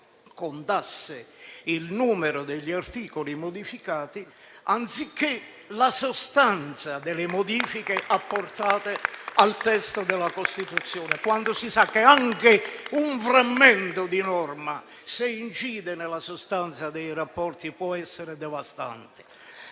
contasse il numero degli articoli modificati, anziché la sostanza delle modifiche apportate al testo della Costituzione. Sappiamo invece che anche un frammento di norma, se incide sulla sostanza dei rapporti, può essere devastante.